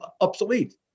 obsolete